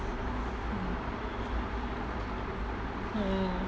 mm